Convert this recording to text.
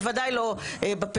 בוודאי לא בפריפריה.